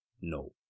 No